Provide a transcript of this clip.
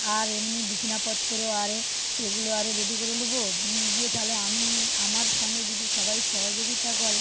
আর এমনি বিছনাপত্তরও আর এ সেগুলো আর এ রেডি করে নেবো দিয়ে তাহলে আমি আমার সঙ্গে যদি সবাই সহযোগিতা করে